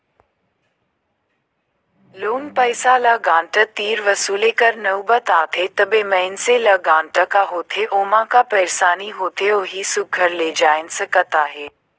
loan पइसा ल guarantor तीर वसूले कर नउबत आथे तबे मइनसे ल गारंटर का होथे ओम्हां का पइरसानी होथे ओही सुग्घर ले जाएन सकत अहे